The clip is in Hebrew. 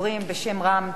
בשם רע"ם-תע"ל,